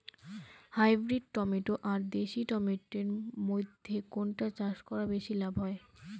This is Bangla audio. হাইব্রিড টমেটো আর দেশি টমেটো এর মইধ্যে কোনটা চাষ করা বেশি লাভ হয়?